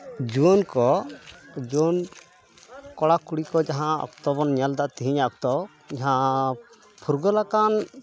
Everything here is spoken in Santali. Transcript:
ᱡᱩᱣᱟᱹᱱ ᱠᱚ ᱡᱩᱣᱟᱹᱱ ᱠᱚᱲᱟ ᱠᱩᱲᱤ ᱠᱚ ᱡᱟᱦᱟᱸ ᱚᱠᱛᱚ ᱵᱚᱱ ᱧᱮᱞ ᱮᱫᱟ ᱛᱤᱦᱤᱧᱟᱜ ᱚᱠᱛᱚ ᱡᱟᱦᱟᱸ ᱯᱷᱩᱨᱜᱟᱹᱞᱟᱠᱟᱱ